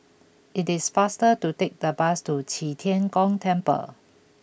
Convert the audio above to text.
it is faster to take the bus to Qi Tian Gong Temple